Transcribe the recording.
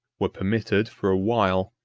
were permitted, for a while,